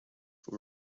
for